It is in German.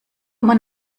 man